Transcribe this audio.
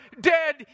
dead